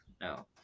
no